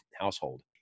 household